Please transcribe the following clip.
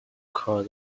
call